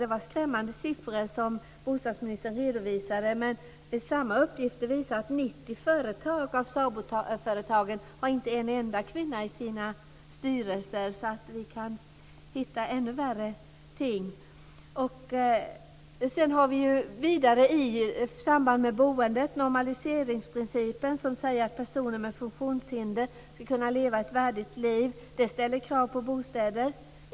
Det var skrämmande siffror som bostadsministern redovisade. Men samma undersökning visar att 90 av SABO-företagen inte har en enda kvinna i sina styrelser, så det går att hitta ännu värre ting. Vidare säger normaliseringsprincipen att personer med funktionshinder ska kunna leva ett värdigt liv, vilket ställer krav på bostäder.